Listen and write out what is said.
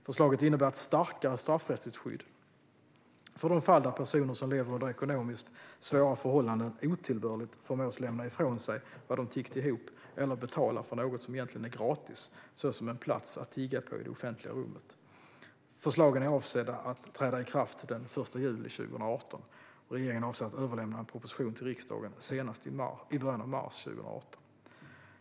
Förslaget innebär ett starkare straffrättsligt skydd för de fall där personer som lever under ekonomiskt svåra förhållanden otillbörligt förmås att lämna ifrån sig vad de tiggt ihop eller betala för något som egentligen är gratis, såsom en plats att tigga på i det offentliga rummet. Förslagen är avsedda att träda i kraft den 1 juli 2018. Regeringen avser att överlämna en proposition till riksdagen senast i början av mars 2018.